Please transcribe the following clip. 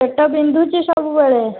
ପେଟ ବିନ୍ଧୁଛି ସବୁବେଳେ